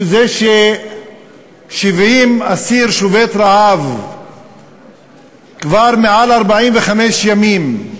הוא ש-70 אסירים שובתים רעב כבר יותר מ-45 ימים,